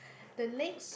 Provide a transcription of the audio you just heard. the next